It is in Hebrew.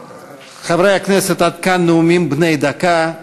חברי הכנסת, עד כאן נאומים בני דקה.